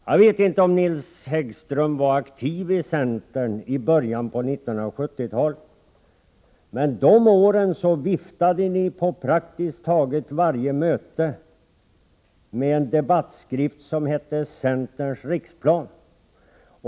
Jag vet inte om Nils Häggström var aktiv i centern i början av 1970-talet, men under de åren viftade ni på praktiskt taget varje möte med en debattskrift som hette Centerns riksplan.